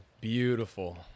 beautiful